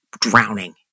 drowning